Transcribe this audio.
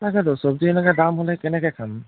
তাকেতো চবজি এনেকৈ দাম হ'লে কেনেকৈ খাম